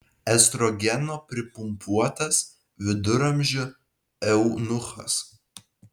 estrogeno pripumpuotas viduramžių eunuchas